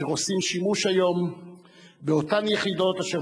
אשר עושות היום שימוש באותן יחידות אשר